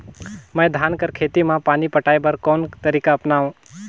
मैं धान कर खेती म पानी पटाय बर कोन तरीका अपनावो?